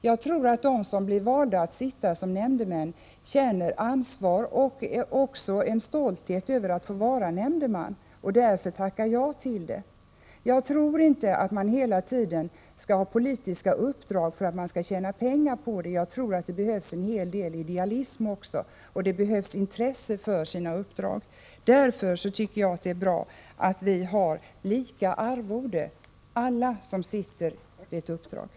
Jag tror att de som blir valda till nämndemän känner ansvar och också en stolthet över att få vara nämndeman och därför tackar ja till uppdraget. Jag tror inte att man skall ha ett politiskt uppdrag för att tjäna pengar på det. Jag tror att det behövs en hel del idealism också och att det behövs intresse för uppdraget. Därför tycker jag att det är bra att alla som har ett uppdrag också har lika arvode.